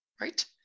Right